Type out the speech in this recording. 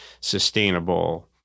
sustainable